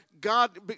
God